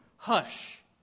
Hush